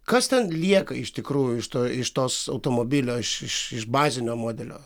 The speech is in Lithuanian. kas ten lieka iš tikrųjų iš to iš tos automobilio iš iš iš bazinio modelio